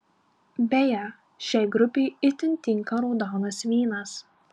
beje šiai grupei itin tinka raudonas vynas